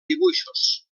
dibuixos